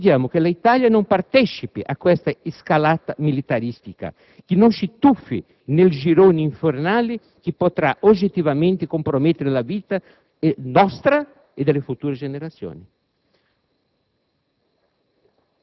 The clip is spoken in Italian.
Noi chiediamo che l'Italia non partecipi a questa scalata militaristica, che non ci tuffi in questo girone infernale che potrà oggettivamente compromettere la vita nostra e delle future generazioni.